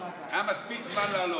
מספיק זמן לעלות.